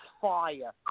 fire